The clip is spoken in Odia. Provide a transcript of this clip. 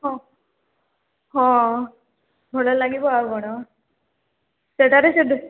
ହଁ ହଁ ଭଲ ଲାଗିବ ଆଉ କ'ଣ ସେଇଟାରେ ସିଏ ବି